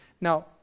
now